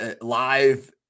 live